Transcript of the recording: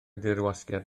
dirwasgiad